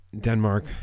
Denmark